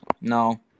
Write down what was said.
no